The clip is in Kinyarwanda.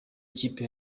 ikipe